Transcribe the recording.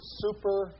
super